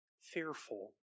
fearful